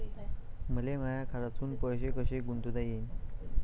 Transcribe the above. मले माया खात्यातून पैसे कसे गुंतवता येईन?